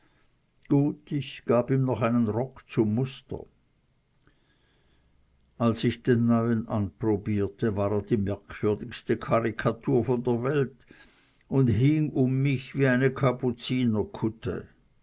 gut ich gab ihm noch einen rock zum muster als ich den neuen anprobierte war er die merkwürdigste karrikatur von der welt und hing um mich wie eine